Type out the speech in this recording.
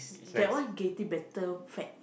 that one getting better fat